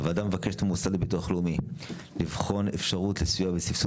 הוועדה מבקשת מהמוסד לביטוח לאומי לבחון אפשרות לסיוע בסבסוד